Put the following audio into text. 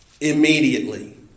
immediately